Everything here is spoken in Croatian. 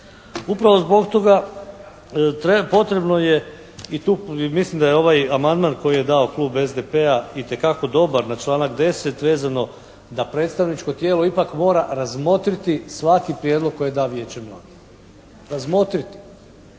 Upravo zbog toga potrebno je i tu mislim da je ovaj amandman koji je dao klub SDP-a itekako dobar na članak 10. vezano da predstavničko tijelo ipak mora razmotriti svaki prijedlog koji da vijeće mladih, razmotriti.